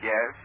Yes